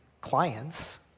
clients